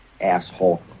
Asshole